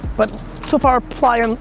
but so far plyer,